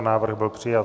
Návrh byl přijat.